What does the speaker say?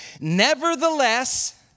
Nevertheless